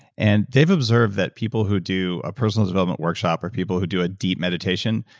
and they've observed that people who do a personal development workshop, or people who do a deep meditation,